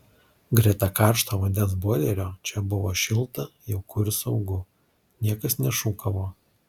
greta karšto vandens boilerio čia buvo šilta jauku ir saugu niekas nešūkavo